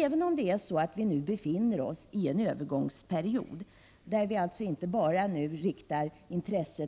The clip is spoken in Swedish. Även om vi befinner oss i en övergångsperiod — intresset riktas alltså inte bara